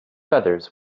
feathers